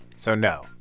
so no?